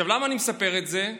עכשיו, למה אני מספר את זה?